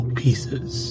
pieces